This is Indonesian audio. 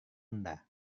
anda